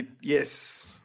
Yes